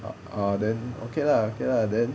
ah then okay lah okay lah then